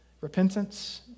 repentance